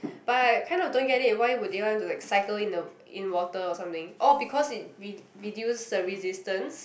but I kind of don't get it why would they want to like cycle in the in water or something orh because it re~ reduce the resistance